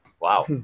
Wow